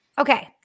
Okay